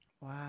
Wow